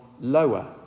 lower